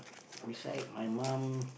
beside my mum